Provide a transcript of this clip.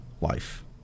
life